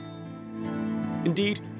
Indeed